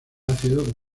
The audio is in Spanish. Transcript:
ácido